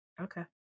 Okay